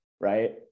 right